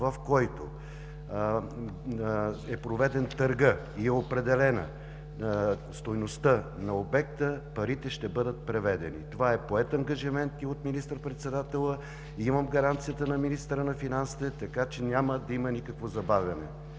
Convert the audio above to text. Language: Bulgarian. в който е проведен търгът и е определена стойността на обекта, парите ще бъдат преведени. Това е поет ангажимент и от министър-председателя, имам гаранцията на министъра на финансите, така че няма да има никакво забавяне.